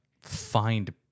find